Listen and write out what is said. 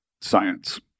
science